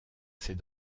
ses